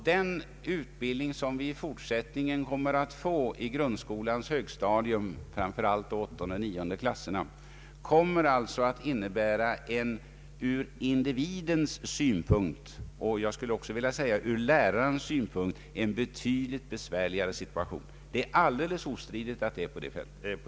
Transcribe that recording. Den utbildning som i fortsättningen skall ges på grundskolans högstadium, framför allt i åttonde och nionde klasserna, kommer alltså att innebära en ur individens synpunkt och jag skulle även vilja säga ur lärarens synpunkt betydligt besvärligare situation. Det är alldeles obestridligt.